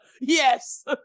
Yes